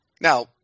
now